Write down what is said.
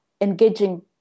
engaging